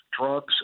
drugs